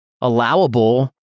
allowable